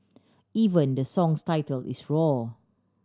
even the song's title is roar